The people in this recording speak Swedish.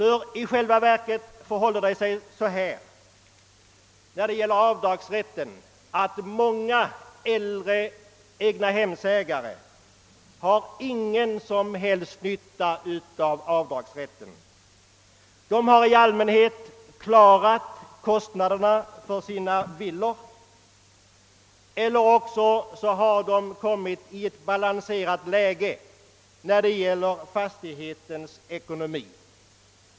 Dessutom förhåller det sig nämligen så med avdragsrätten att många äldre egnahemsägare inte har någon som helst nytta av den. De har i allmänhet klarat kostnaderna för sina villor, eller också har de kommit i ett balanserat läge i vad gäller fastighetens ekonomi.